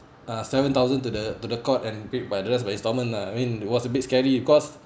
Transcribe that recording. uh seven thousand to the to the court and pay but the rest by installment lah I mean was a bit scary cause